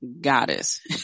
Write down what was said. goddess